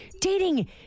dating